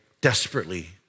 desperately